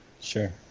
Sure